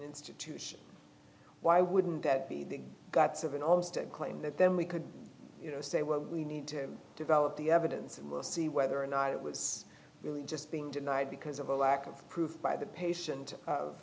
institution why wouldn't that be the guts of an almost a claim that then we could you know say what we need to develop the evidence and we'll see whether or not it was really just being denied because of a lack of proof by the patient of